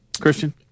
Christian